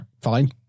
Fine